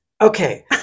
Okay